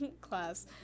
class